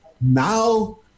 now